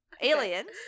aliens